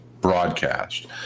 broadcast